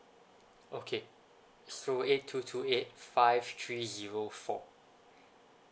okay so eight two two eight five three zero four